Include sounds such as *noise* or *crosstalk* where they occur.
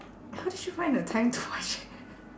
how did you find the time to watch it *laughs*